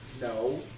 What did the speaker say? No